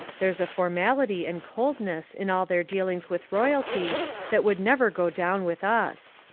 there's a formality and coldness in all their dealings with royalty that would never go down with us.